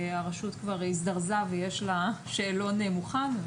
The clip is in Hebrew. הרשות כבר הזדרזה ויש לה שאלון מוכן.